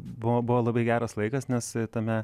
buvo buvo labai geras laikas nes tame